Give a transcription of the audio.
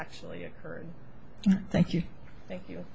actually occurred thank you thank you